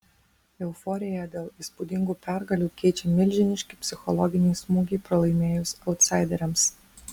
euforiją dėl įspūdingų pergalių keičia milžiniški psichologiniai smūgiai pralaimėjus autsaideriams